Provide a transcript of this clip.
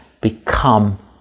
become